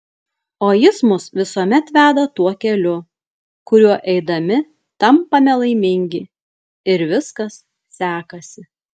o jis mus visuomet veda tuo keliu kuriuo eidami tampame laimingi ir viskas sekasi